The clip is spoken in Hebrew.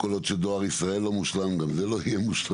כל עוד דואר ישראל לא מושלם, גם זה לא יהיה מושלם.